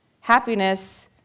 Happiness